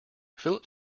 philip